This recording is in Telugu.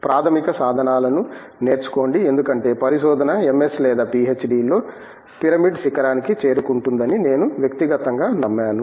ప్రాథమిక సాధనాలను నేర్చుకోండి ఎందుకంటే పరిశోధన ఎంఎస్ లేదా పిహెచ్డి స్థాయిలో పిరమిడ్ శిఖరానికి చేరుకుంటుందని నేను వ్యక్తిగతంగా నమ్మాను